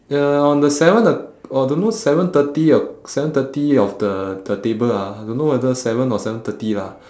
ya on the seven or or don't know seven thirty or seven thirty of the the table ah don't know whether seven or seven thirty lah